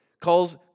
calls